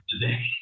today